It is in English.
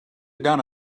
done